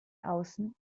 außen